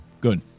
Good